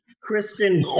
Kristen